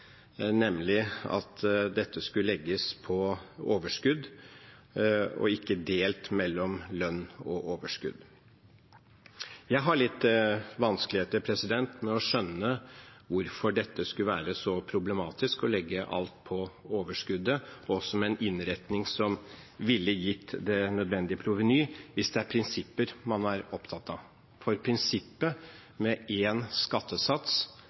nemlig at dette skulle legges på overskudd og ikke delt mellom lønn og overskudd. Jeg har vanskeligheter med å skjønne hvorfor det skulle være så problematisk å legge alt på overskuddet, som en innretning som ville gitt det nødvendige proveny, hvis det er prinsipper man er opptatt av. Prinsippet med én skattesats